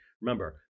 remember